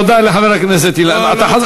תודה לחבר הכנסת אילן, אתה חוזר בך?